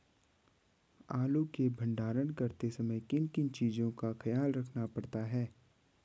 आलू के भंडारण करते समय किन किन चीज़ों का ख्याल रखना पड़ता है?